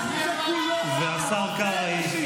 כולך רעל, השר קרעי.